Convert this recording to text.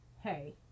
hey